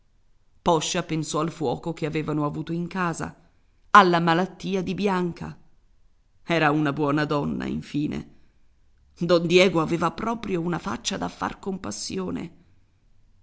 poscia pensò al fuoco che avevano avuto in casa alla malattia di bianca era una buona donna infine don diego aveva proprio una faccia da far compassione